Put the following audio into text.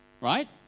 right